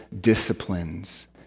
disciplines